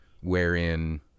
wherein